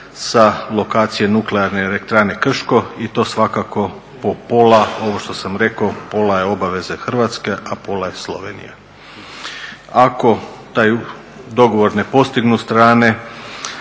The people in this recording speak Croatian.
sa lokacije Nuklearne elektrane Krško i to svakako po pola, ovo što sam rekao pola je obaveza Hrvatske, a pola je Slovenije. Ako taj dogovor ne postignu strane